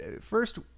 first